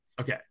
Okay